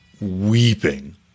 weeping